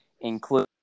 include